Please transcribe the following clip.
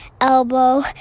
elbow